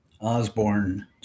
Osborne